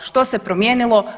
Što se promijenilo?